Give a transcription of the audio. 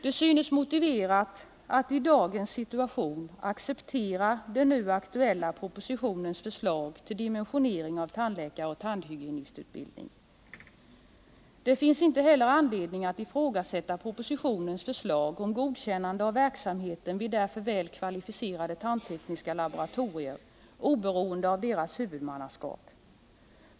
Det synes motiverat att i dagens situation acceptera den nu aktuella propositionens förslag till dimensionering av tandläkaroch tandhygienistutbildning. Det finns inte heller anledning att ifrågasätta propositionens förslag om godkännande av verksamheten vid därför väl kvalificerade tandtekniska laboratorier oberoende av deras huvudmannaskap.